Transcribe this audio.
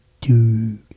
Dude